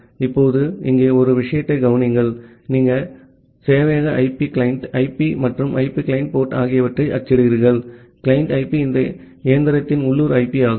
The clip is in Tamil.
இப்போது இங்கே ஒரு விஷயத்தைக் கவனியுங்கள் நீங்கள் சேவையக ஐபி கிளையன்ட் ஐபி மற்றும் கிளையன்ட் போர்ட் ஆகியவற்றை அச்சிடுகிறீர்கள் கிளையன்ட் ஐபி இந்த இயந்திரத்தின் உள்ளூர் ஐபி ஆகும்